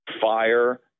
fire